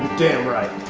damn right!